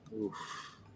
Oof